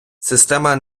система